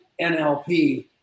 NLP